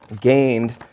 gained